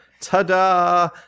Ta-da